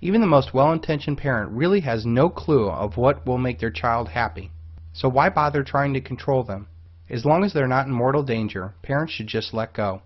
even the most well intentioned parent really has no clue of what will make their child happy so why bother trying to control them as long as they're not in mortal danger parents should just let go